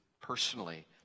personally